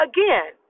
Again